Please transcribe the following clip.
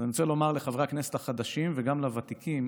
אני רוצה לומר לחברי הכנסת החדשים וגם לוותיקים